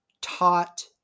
taught